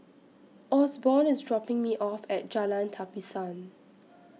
Osborne IS dropping Me off At Jalan Tapisan